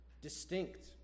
distinct